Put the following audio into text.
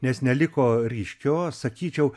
nes neliko ryškios sakyčiau